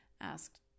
asked